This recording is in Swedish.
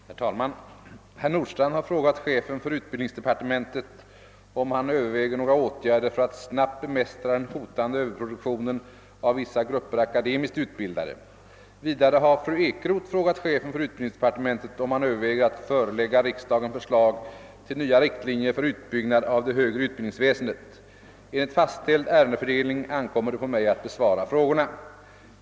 Herr talman! Herr Nordstrandh har frågat chefen för utbildningsdepartementet om han överväger några åtgärder för att snabbt bemästra den hotande överproduktionen av vissa grupper akademiskt utbildade. Vidare har fru Ekroth frågat chefen för utbildningsdepartementet om han överväger att förelägga riksdagen förslag till nya riktlinjer för utbyggnad av det högre utbildningsväsendet. Enligt fastställd ärendefördelning ankommer det på mig att besvara frågorna.